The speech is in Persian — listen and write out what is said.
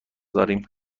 داریم